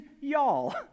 y'all